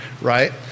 right